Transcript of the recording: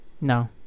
No